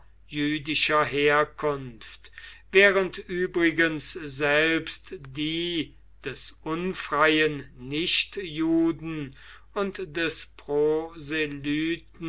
jüdischer herkunft während übrigens selbst die des unfreien nichtjuden und des